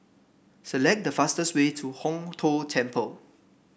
select the fastest way to Hong Tho Temple